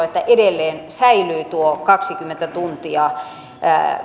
että edelleen säilyy tuo kaksikymmentä tuntia